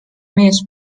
mees